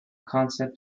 concept